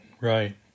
right